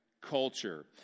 culture